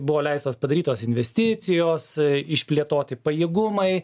buvo leistos padarytos investicijos išplėtoti pajėgumai